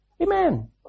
Amen